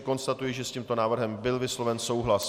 Konstatuji, že s tímto návrhem byl vysloven souhlas.